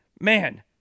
man